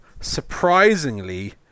surprisingly